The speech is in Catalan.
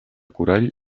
corall